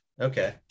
okay